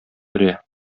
өрә